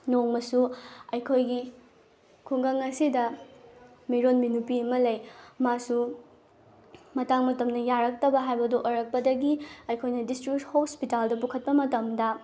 ꯅꯣꯡꯃꯁꯨ ꯑꯩꯈꯣꯏꯒꯤ ꯈꯨꯡꯒꯪ ꯑꯁꯤꯗ ꯃꯤꯔꯣꯟꯕꯤ ꯅꯨꯄꯤ ꯑꯃ ꯂꯩ ꯃꯥꯁꯨ ꯃꯇꯥꯡ ꯃꯇꯝꯅ ꯌꯥꯔꯛꯇꯕ ꯍꯥꯏꯕꯗꯨ ꯑꯣꯏꯔꯛꯄꯗꯒꯤ ꯑꯩꯈꯣꯏꯅ ꯗꯤꯁꯇ꯭ꯔꯤꯛ ꯍꯣꯁꯄꯤꯇꯥꯜꯗ ꯄꯨꯈꯠꯄ ꯃꯇꯝꯗ